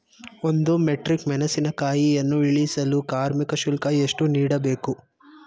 ಒಂದು ಮೆಟ್ರಿಕ್ ಮೆಣಸಿನಕಾಯಿಯನ್ನು ಇಳಿಸಲು ಕಾರ್ಮಿಕ ಶುಲ್ಕ ಎಷ್ಟು ನೀಡಬೇಕು?